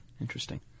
Interesting